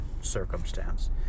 circumstance